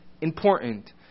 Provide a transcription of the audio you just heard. important